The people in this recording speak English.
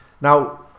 Now